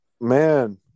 Man